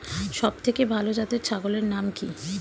সবথেকে ভালো জাতের ছাগলের নাম কি?